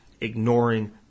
ignoring